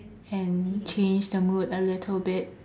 and change the mood a little bit